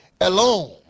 alone